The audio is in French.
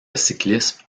cyclisme